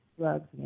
drugs